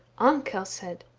arnkell said,